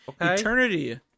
Eternity